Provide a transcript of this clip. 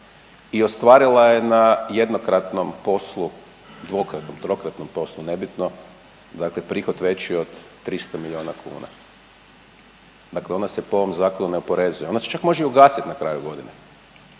i ostvarila je na jednokratnom poslu, dvokratnom, trokratnom poslu, nebitno, dakle prihod veći od 300 milijuna kuna? Dakle ona se po ovom zakonu ne oporezuje, ona se čak može i ugasit na kraju godine